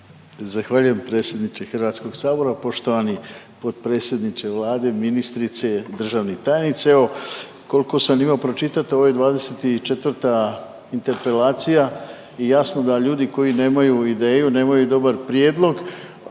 Zahvaljujem predsjedniče HS-a, poštovani potpredsjedniče Vlade, ministrice, državni tajnici. Evo, koliko sam imao pročitati, ovo je 24. interpelacija i jasno da ljudi koji nemaju ideju, nemaju dobar prijedlog,